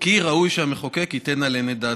כי ראוי שהמחוקק ייתן עליהן את דעתו.